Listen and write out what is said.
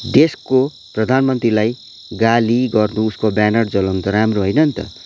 देशको प्रधानमन्त्रीलाई गाली गर्नु उसको ब्यानर जलाउनु त राम्रो होइन नि त